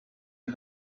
you